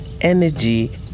energy